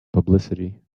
publicity